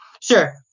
sure